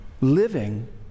living